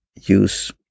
use